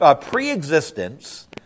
pre-existence